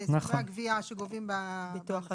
זה יחסית לסכומי הגבייה שגובים באגפים השונים,